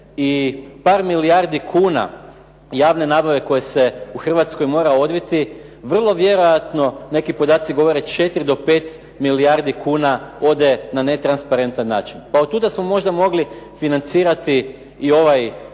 i par milijardi kuna javne nabave koje se u Hrvatskoj mora odviti vrlo vjerojatno neki podaci govore 4 do 5 milijardi kuna ode na transparentan način. Pa od tuda smo možda mogli financirati i ovaj